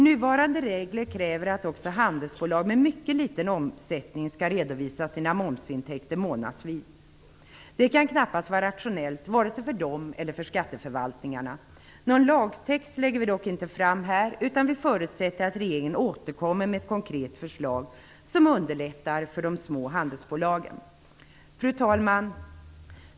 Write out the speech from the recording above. Nuvarande regler kräver att även handelsbolag med mycket liten omsättning skall redovisa sina momsintäkter månadsvis. Det kan knappast vara rationellt vare sig för dem eller för skatteförvaltningarna. Någon lagtext lägger vi dock inte fram här, utan vi förutsätter att regeringen återkommer med ett konkret förslag som underlättar för de små handelsbolagen. Fru talman!